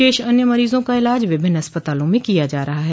शेष अन्य मरीजों का इलाज विभिन्न अस्पतालों में किया जा रहा है